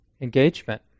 engagement